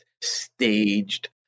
staged